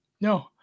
No